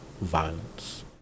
violence